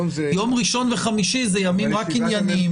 ביום ראשון וחמישי, אלה ימים ענייניים.